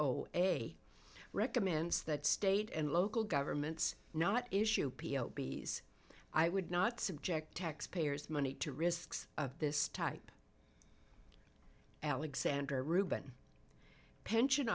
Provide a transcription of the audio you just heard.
o a recommends that state and local governments not issue p o b s i would not subject taxpayers money to risks of this type alexander rueben pension